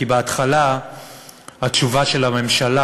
כי בהתחלה התשובה של הממשלה,